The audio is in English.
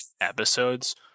episodes